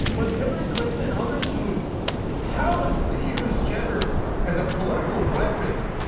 but hillary clinton and others who callously use gender as a political weapon,